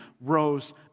rose